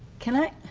can i